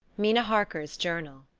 mina harker's journal.